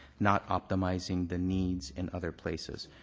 not optimizing the needs in other places.